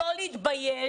לא להתבייש.